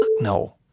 no